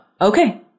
okay